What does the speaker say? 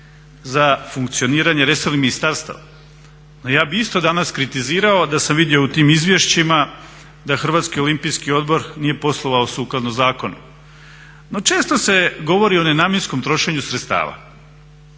za funkcioniranje resornih ministarstava. No ja bih isto danas kritizirao da sam vidio u tim izvješćima da Hrvatski olimpijski odbor nije poslovao sukladno zakonu. No često se govori o nenamjenskom trošenju sredstava.